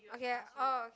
okay ah orh